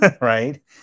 right